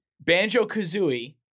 Banjo-Kazooie